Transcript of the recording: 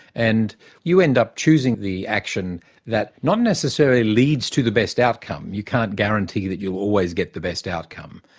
and you end up choosing the action that not necessarily leads to the best outcome. you can't guarantee that you'll always get the best outcome,